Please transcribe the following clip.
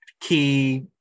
key